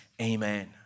Amen